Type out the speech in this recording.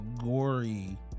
gory